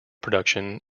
production